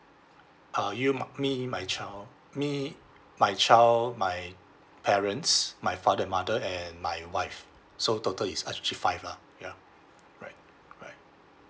uh you ma~ me and my child me child my parents my father and mother and my wife so total is actually five lah yeah alright alright